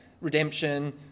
Redemption